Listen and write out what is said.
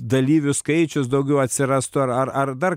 dalyvių skaičius daugiau atsirastų ar ar ar dar